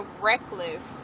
reckless